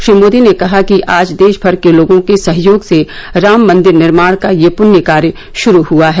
श्री मोदी ने कहा कि आज देशभर के लोगों के सहयोग से राम मन्दिर निर्माण का यह पुण्य कार्य शुरू हुआ है